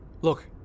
Look